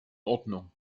ordnung